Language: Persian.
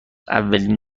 اولین